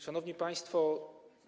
Szanowni Państwo!